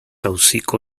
auziko